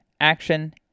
action